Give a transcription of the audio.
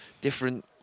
different